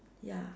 ya